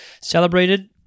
celebrated